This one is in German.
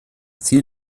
ziel